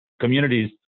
communities